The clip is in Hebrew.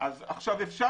להציב